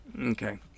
Okay